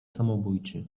samobójczy